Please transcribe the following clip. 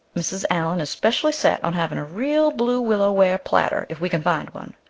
mrs. allan is specially set on having a real blue willow ware platter if we can find one.